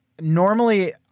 normally